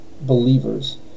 believers